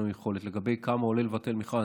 לגבי כמה עולה לבטל מכרז,